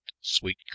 sweet